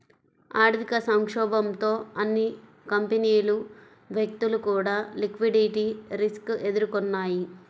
ఆర్థిక సంక్షోభంతో అన్ని కంపెనీలు, వ్యక్తులు కూడా లిక్విడిటీ రిస్క్ ఎదుర్కొన్నయ్యి